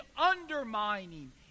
undermining